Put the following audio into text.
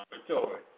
laboratory